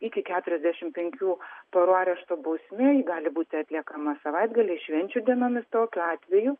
iki keturiasdešimt penkių parų arešto bausmė ji gali būti atliekama savaitgaliais švenčių dienomis tokiu atveju